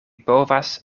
povas